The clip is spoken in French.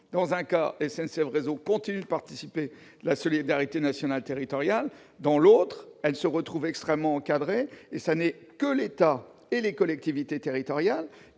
Dans un cas, SNCF Réseau continue de participer à la solidarité nationale territoriale. Dans l'autre, elle se trouve extrêmement encadrée et seuls l'État et les collectivités territoriales